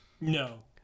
no